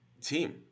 team